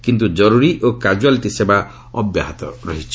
କିନ୍ତୁ ଜରୁରୀ ଓ କାଜୁଆଲିଟି ସେବା ଅବ୍ୟାହତ ରହିଛି